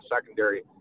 secondary